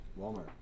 Walmart